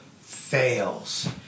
fails